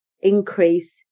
increase